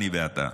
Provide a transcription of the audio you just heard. אני ואתה,